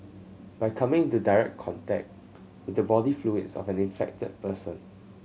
by coming into direct contact with the body fluids of an infected person